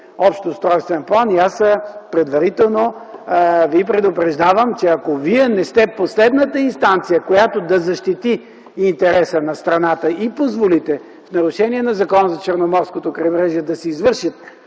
общ устройствен план и аз предварително ви предупреждавам, че ако Вие не сте последната инстанция, която да защити интереса на страната и позволите нарушения на Закона за устройството на Черноморското крайбрежие и да се извърши